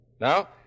Now